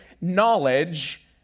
knowledge